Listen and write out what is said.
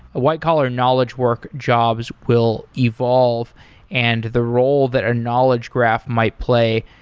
white collar knowledge work jobs will evolve and the role that a knowledge graph might play.